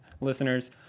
listeners